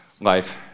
life